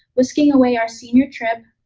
whisking away our senior trip,